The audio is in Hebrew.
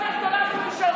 הוא התחיל, אנחנו מגיבים.